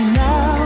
now